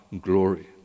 glory